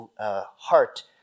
heart